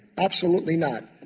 absolutely not.